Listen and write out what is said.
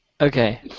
Okay